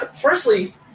firstly